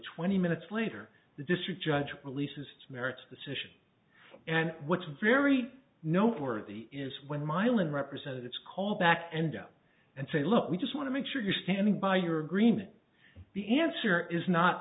twenty minutes later the district judge releases its merits decision and what's very noteworthy is when mylan representatives call back and up and say look we just want to make sure you're standing by your agreement the answer is not